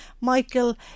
Michael